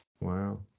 Wow